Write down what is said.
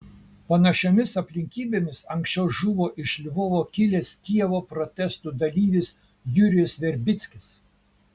panašiomis aplinkybėmis anksčiau žuvo iš lvovo kilęs kijevo protestų dalyvis jurijus verbickis